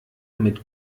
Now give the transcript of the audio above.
mit